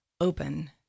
open